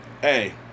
hey